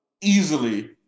easily